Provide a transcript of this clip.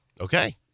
Okay